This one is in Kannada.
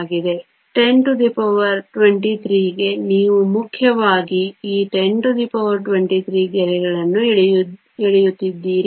23 1023 ಗೆ ನೀವು ಮುಖ್ಯವಾಗಿ ಈ 1023 ಗೆರೆಗಳನ್ನು ಎಳೆಯುತ್ತಿದ್ದೀರಿ